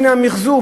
הנה המחזור.